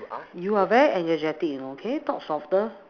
you are very energetic you know can you talk softer